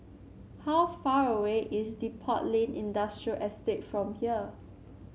how far away is Depot Lane Industrial Estate from here